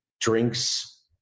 drinks